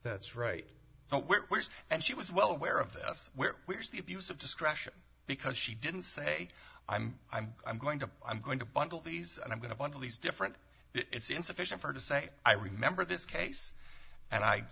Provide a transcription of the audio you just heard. that's right which and she was well aware of this where was the abuse of discretion because she didn't say i'm i'm i'm going to i'm going to bundle these and i'm going to bundle these different it's insufficient her to say i remember this case and i